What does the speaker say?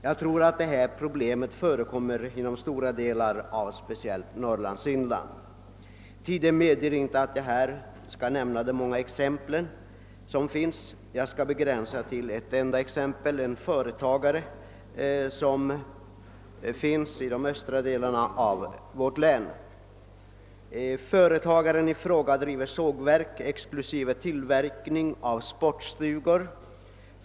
Jag tror att detta problem förekommer inom stora delar av speciellt Norrlands inland. Tiden medger inte att jag här nämner de många exempel som finns på detta, jag skall begränsa mig till ett enda. Det gäller en företagare i de östra delarna av vårt län. Företagaren i fråga driver sågverk inklusive tillverkning av sportstugor.